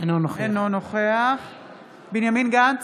אינו נוכח בנימין גנץ,